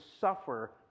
suffer